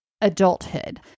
adulthood